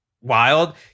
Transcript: wild